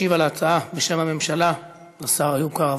משיב על ההצעה, בשם הממשלה, השר איוב קרא.